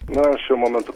na šiuo momentu